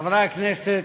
חברי הכנסת,